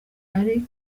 ari